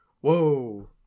Whoa